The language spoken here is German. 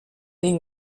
den